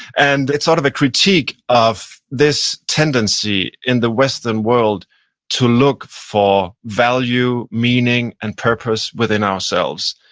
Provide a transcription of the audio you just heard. and it's sort of a critique of this tendency in the western world to look for value, meaning, and purpose within ourselves.